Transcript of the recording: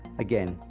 again,